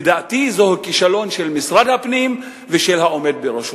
לדעתי זהו כישלון של משרד הפנים ושל העומד בראשו.